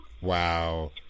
Wow